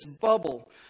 bubble